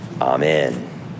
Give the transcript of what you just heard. Amen